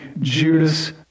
Judas